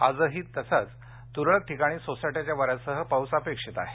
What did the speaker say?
आजही असाच तरळक ठिकाणी सोसाट्याच्या वार्याकसह पाऊस अपेक्षित आहे